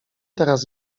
teraz